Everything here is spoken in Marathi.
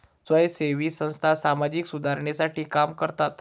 स्वयंसेवी संस्था सामाजिक सुधारणेसाठी काम करतात